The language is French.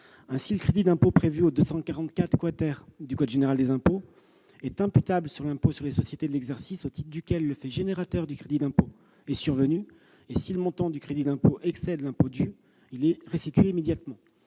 Ainsi, le crédit d'impôt prévu à l'article 244 X du code général des impôts est imputable sur l'impôt sur les sociétés de l'exercice au titre duquel le fait générateur du crédit d'impôt est survenu. Si son montant excède l'impôt dû, le crédit d'impôt est restitué immédiatement.